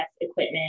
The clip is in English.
equipment